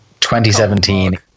2017